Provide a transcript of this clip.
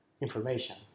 information